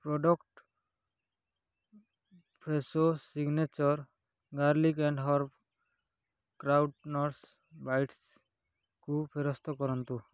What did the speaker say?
product Fresho signature garlic and herb croutons ବାଇଟ୍ସ୍କୁ ଫେରସ୍ତ କରନ୍ତୁ